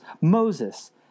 Moses